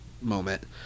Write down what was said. moment